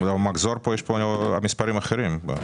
במחזור אני רואה מספרים אחרים.